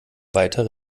weiter